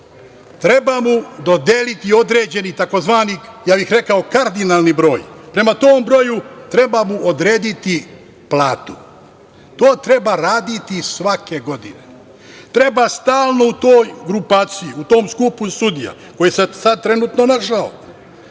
treba mu dodeliti određeni tzv. ja bih rekao kardinalni broj. Prema tom broju treba mu odrediti platu. To treba raditi svake godine. Treba stalno u toj grupaciji, u tom skupu sudija koji se sad trenutno našao